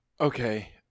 Okay